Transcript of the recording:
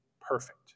perfect